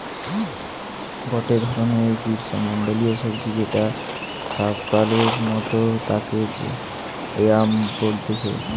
গটে ধরণের গ্রীষ্মমন্ডলীয় সবজি যেটা শাকালুর মতো তাকে য়াম বলতিছে